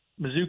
Mizzou